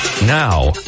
Now